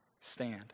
stand